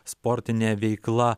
sportine veikla